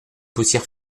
poussière